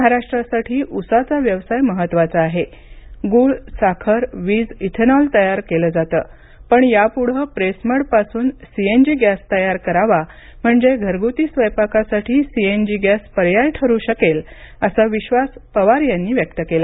महाराष्ट्रासाठी ऊसाचा व्यवसाय महत्वाचा आहे गूळ साखर वीज इथेनॉल तयार केले जाते पण यापुढे प्रेसमड पासून सी एन जी गॅस तयार करावा म्हणजे घरगुती स्वयंपाकासाठी सी एन जी गॅस पर्याय ठरू शकेल असा विश्वास पवार यांनी व्यक्त केला